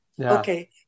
Okay